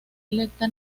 electa